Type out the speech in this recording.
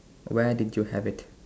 where did you have it